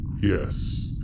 yes